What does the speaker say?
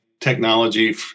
technology